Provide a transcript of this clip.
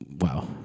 wow